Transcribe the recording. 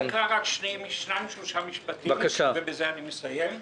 אומר רק שניים שלושה משפטים, ובזה אני מסיים,